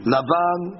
Lavan